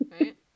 right